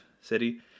city